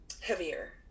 heavier